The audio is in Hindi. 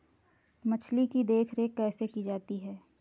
मछली की देखरेख कैसे की जाती है?